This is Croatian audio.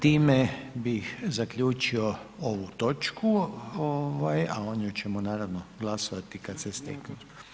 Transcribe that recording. Time bih zaključio ovu točku a o njoj ćemo naravno glasovati kad se steknu.